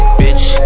bitch